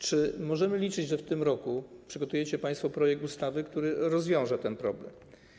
Czy możemy liczyć, że w tym roku przygotujecie państwo projekt ustawy, który rozwiąże ten problem?